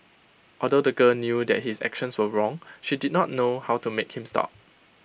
although the girl knew that his actions were wrong she did not know how to make him stop